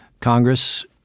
Congress